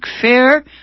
Fair